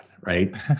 right